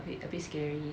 a bit a bit scary